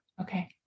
Okay